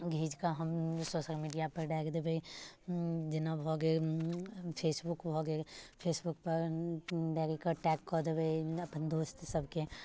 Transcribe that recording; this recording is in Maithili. घीच कऽ हम सोशल मीडिया पर डालि देबै हूँ जेना भऽ गेल फेसबुक भऽ गेल फेसबुक पर डालि कऽ टैग कऽ देबै अपन दोस्त सभके